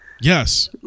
yes